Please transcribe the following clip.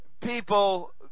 people